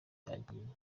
byagiye